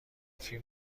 فیلم